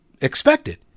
expected